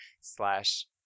slash